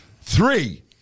Three